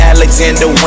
Alexander